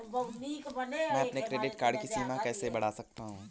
मैं अपने credit card की सीमा कैसे बढ़ा सकता हूँ?